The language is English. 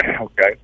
Okay